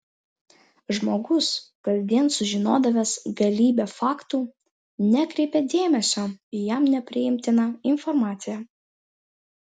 žmogus kasdien sužinodavęs galybę faktų nekreipė dėmesio į jam nepriimtiną informaciją